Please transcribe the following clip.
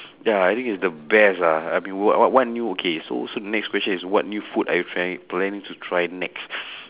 ya I think is the best ah I've been what what what new okay so so the next question is what new food are you trying planning to try next